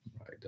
right